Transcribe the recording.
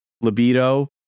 libido